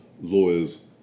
lawyers